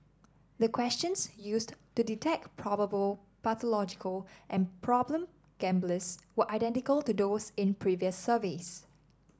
the questions used to detect probable pathological and problem gamblers were identical to those in previous surveys